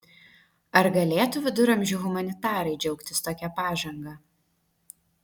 ar galėtų viduramžių humanitarai džiaugtis tokia pažanga